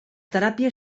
teràpia